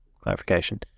clarification